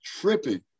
tripping